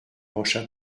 pencha